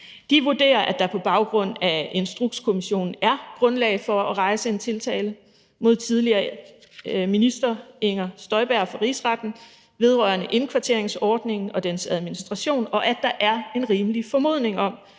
De vurderer, at der på baggrund af Instrukskommissionen er grundlag for at rejse en tiltale mod tidligere minister Inger Støjberg for Rigsretten vedrørende indkvarteringsordningen og dens administration, og at der er en rimelig formodning om,